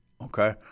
okay